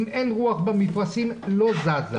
אם אין רוח במפרשים היא לא זזה.